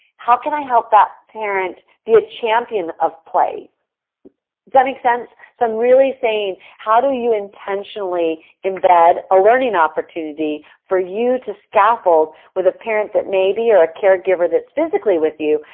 how can i let that parent be a champion of play? does that make sense? so, i'm really saying, how do you intentionally embed a learning opportunity for you to scaffold with a parent that may be or a caregiver that's physically with you,